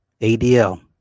ADL